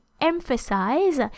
emphasize